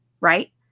Right